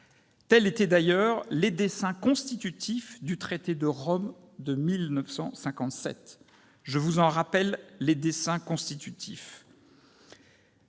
Tels étaient d'ailleurs les desseins constitutifs du traité de Rome de 1957. Je vous en rappelle deux motifs,